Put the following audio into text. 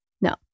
No